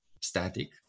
static